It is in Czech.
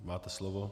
Máte slovo.